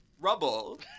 rubble